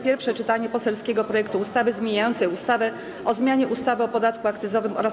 Pierwsze czytanie poselskiego projektu ustawy zmieniającej ustawę o zmianie ustawy o podatku akcyzowym oraz